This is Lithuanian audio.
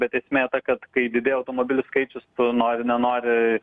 bet esmė ta kad kai didėja automobilių skaičius nori nenori